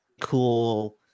cool